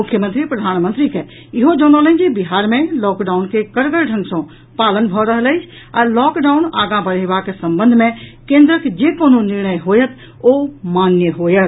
मुख्यमंत्री प्रधानमंत्री के इहो जनौलनि जे बिहार मे लॉकडाउन के कड़गर ढंग सँ पालन भऽ रहल अछि आ लॉकडाउन आंगा बढयबाक संबंध मे केन्द्रक जे कोनो निर्णय होयत ओ मान्य होयत